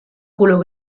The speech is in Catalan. color